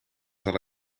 zal